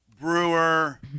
Brewer